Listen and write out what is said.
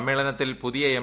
സമ്മേളനത്തിൽ പുതിയ എം